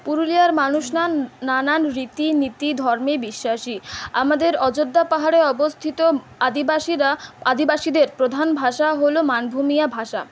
পুরুলিয়ার মানুষরা নানান রীতিনীতি ধর্মে বিশ্বাসী আমাদের অযোধ্যা পাহাড়ে অবস্থিত আদিবাসীরা আদিবাসীদের প্রধান ভাষা হলো মানভূমীয়া ভাষা